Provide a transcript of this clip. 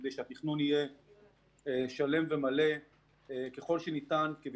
כדי שהתכנון יהיה שלם ומלא ככל שניתן כדי